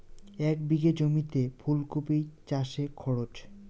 এক বিঘে জমিতে ফুলকপি চাষে খরচ?